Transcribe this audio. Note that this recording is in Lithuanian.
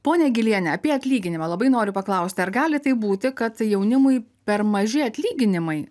ponia giliene apie atlyginimą labai noriu paklausti ar gali taip būti kad jaunimui per maži atlyginimai